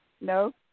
No